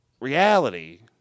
reality